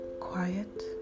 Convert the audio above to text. quiet